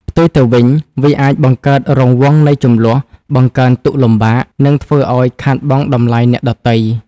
ផ្ទុយទៅវិញ វាអាច បង្កើតរង្វង់នៃជម្លោះ បង្កើនទុក្ខលំបាក និងធ្វើឲ្យខាតបង់តម្លៃអ្នកដទៃ។